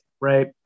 right